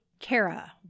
Kara